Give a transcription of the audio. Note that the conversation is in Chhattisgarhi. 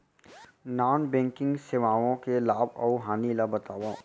नॉन बैंकिंग सेवाओं के लाभ अऊ हानि ला बतावव